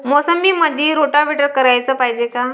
मोसंबीमंदी रोटावेटर कराच पायजे का?